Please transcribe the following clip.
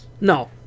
No